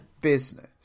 business